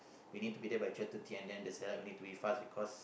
we need to be there by twelve thirty and then the set up we need to be fast because